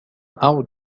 أعد